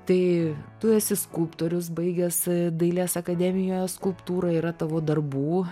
tai tu esi skulptorius baigęs dailės akademijoje skulptūrą yra tavo darbų